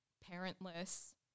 parentless